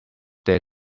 there